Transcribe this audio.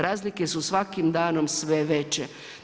Razlike su svakim danom sve veće.